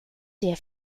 der